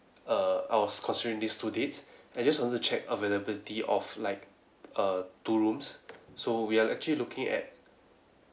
err I was considering these two dates I just want to check availability of like err two rooms so we are actually looking at